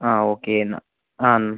ആ ഓക്കെ എന്നാൽ ആ